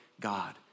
God